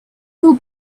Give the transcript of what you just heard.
will